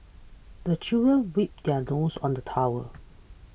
the children wipe their noses on the towel